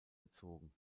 gezogen